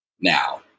Now